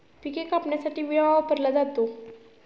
पिके कापण्यासाठी विळा वापरला जातो